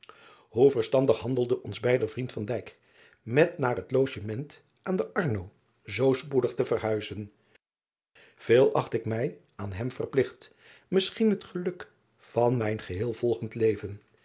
oe verstandig handelde ons beider vriend met naar het ogement aan de rno zoo spoedig te verhuizen eel acht ik mij aan hem verpligt misschien het geluk van mijn geheel volgend leven